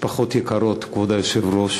משפחות יקרות, כבוד היושב-ראש,